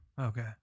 Okay